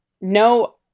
no